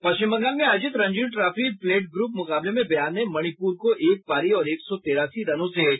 पश्चिम बंगाल में आयोजित Ranji trophy plate group मुकाबले में बिहार ने मणिपुर को एक पारी और एक सौ तेरासी रनों से पराजित किया